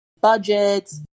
budgets